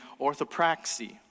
orthopraxy